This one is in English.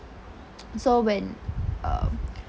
so when um